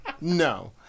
No